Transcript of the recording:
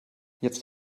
jetzt